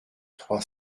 trois